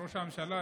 ראש הממשלה,